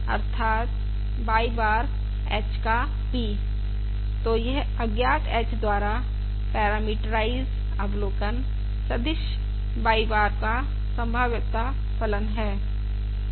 अर्थात y बार h का p तो यह अज्ञात h द्वारा पैरामीट्राइज अवलोकन सदिश y बार का संभाव्यता फलनहै